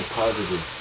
positive